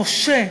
נושה